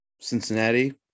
Cincinnati